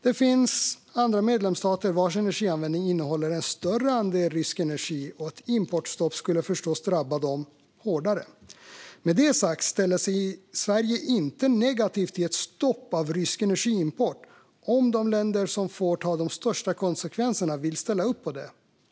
Det finns andra medlemsstater vars energianvändning innehåller en större andel rysk energi, och ett importstopp skulle förstås drabba dem hårdare. Med det sagt ställer sig Sverige inte negativt till ett stopp av rysk energiimport om de länder som får ta de största konsekvenserna vill ställa upp på det.